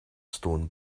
stone